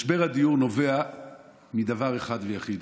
משבר הדיור נובע מדבר אחד ויחיד: